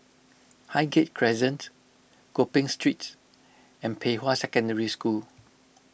Highgate Crescent Gopeng Street and Pei Hwa Secondary School